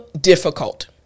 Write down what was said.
difficult